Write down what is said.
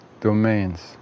domains